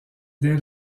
dès